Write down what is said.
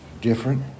different